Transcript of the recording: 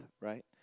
right